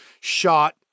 shot